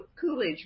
Coolidge